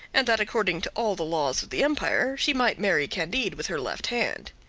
and that according to all the laws of the empire, she might marry candide with her left hand.